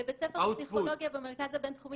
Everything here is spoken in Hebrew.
לבית ספר לפסיכולוגיה במרכז הבינתחומי